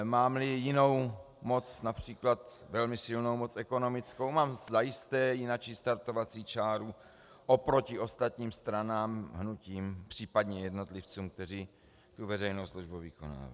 Mámli jinou moc, například velmi silnou moc ekonomickou, mám zajisté jinačí startovací čáru oproti ostatním stranám, hnutím, případně jednotlivcům, kteří veřejnou službu vykonávají.